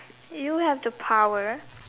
you have the power